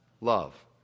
love